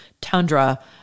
tundra